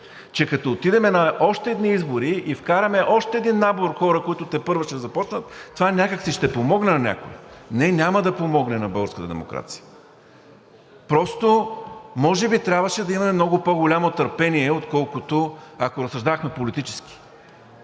че като отидем на още едни избори и вкараме още един набор от хора, които тепърва ще започнат, това някак си ще помогне на някой. Не, няма да помогне на българската демокрация. Просто може би трябваше да имаме много по-голямо търпение, отколкото ако разсъждавахме политически.